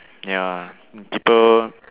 ya people